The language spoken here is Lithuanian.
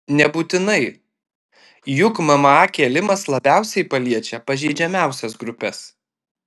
nebūtinai juk mma kėlimas labiausiai paliečia pažeidžiamiausias grupes